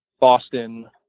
Boston